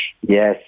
Yes